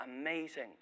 amazing